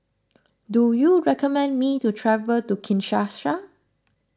do you recommend me to travel to Kinshasa